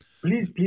please